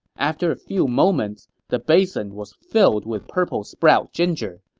after a few moments, the basin was filled with purple sprout ginger.